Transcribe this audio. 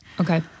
Okay